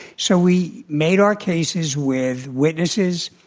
so, we made our cases with witnesses,